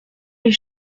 les